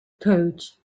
coach